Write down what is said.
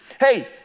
Hey